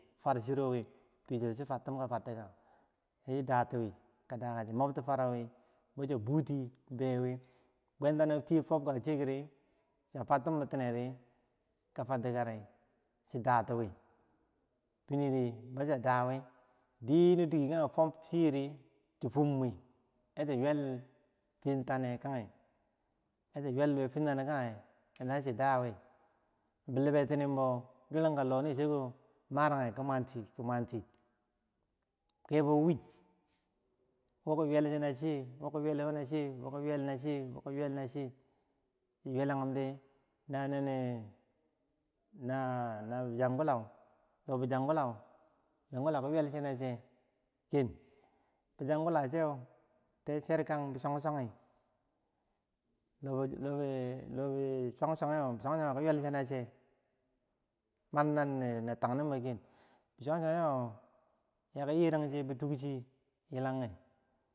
far chiro win fiyeh cho chi fertim ka fertika yachi da tiwi ka daga chi bmab ti farowi, bo chi buti ber wi bwentano fiyeh fob ka chikeri, chiyah fartum bitine ri ka far ki yari, chi dati wi finiri bochiyah dawi di no dike kageh fwab chiyeh ri, chi fumwi, yah chi ywel fennakgeh kage yachi wyel ti fenna ge kageh la nachi dawi, bilibe tinimbo yulang ka loh ni chiko maragi ki mamti ki mamti, kebo win woh ki ywel che na chiyeh, boki ywel na chiyeh, boki ywel na chiyeh, boki ywel na chiyeh, chi ywelagum di la nini nahnah yam kinau loh bi swagkulah swagkulah ki ywelche na cheh keb bi swagkulah chew tai cherkang bi chogchoge lon bilohbi swagswagiyoh kiywel che na cher mabona tagnimbo ken, swagswagiyoh ya ki yerang chiyeh bi tuk chiyeh yilageh.